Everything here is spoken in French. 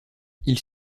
ils